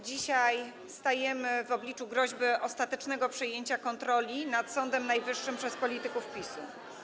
Dzisiaj stajemy w obliczu groźby ostatecznego przejęcia kontroli nad Sądem Najwyższym przez polityków PiS.